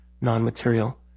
non-material